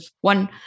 one